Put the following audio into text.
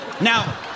Now